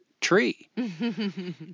tree